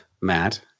Matt